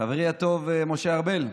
חברי הטוב משה ארבל,